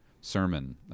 Sermon